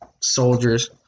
soldiers